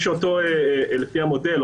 כיוון שלפי המודל,